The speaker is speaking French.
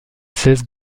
cesse